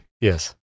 Yes